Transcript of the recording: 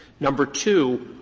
number two,